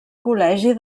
col·legi